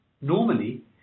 Normally